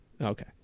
Okay